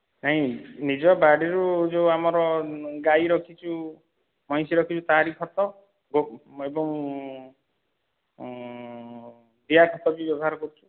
ନାଇଁ ନିଜ ବାଡ଼ିରୁ ଯେଉଁ ଆମର ଗାଈ ରଖିଛୁ ମଇଁଷି ରଖିଛୁ ତାହାରି ଖତ ଏବଂ ଜିଆ ଖତ ବି ବ୍ୟବହାର କରୁଛୁ